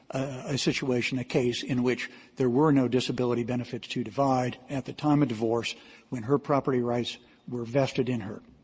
a situation, a case in which there were no disability benefits to divide at the time of divorce when her property rights were vested in her.